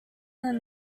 than